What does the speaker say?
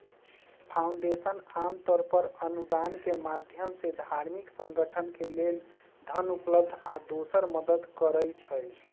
foundation आमतौर पर अनुदान के माधयम से धार्मिक संगठन के लेल धन उपलब्ध आ दोसर मदद करई छई